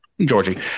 Georgie